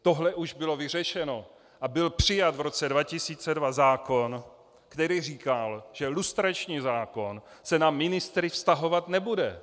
Tohle už bylo vyřešeno a byl přijat v roce 2002 zákon, který říkal, že lustrační zákon se na ministry vztahovat nebude.